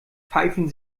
pfeifen